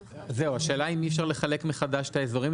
השאלה אם אי אפשר לחלק מחדש את האזורים,